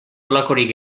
halakorik